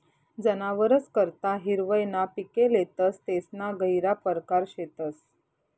जनावरस करता हिरवय ना पिके लेतस तेसना गहिरा परकार शेतस